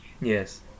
Yes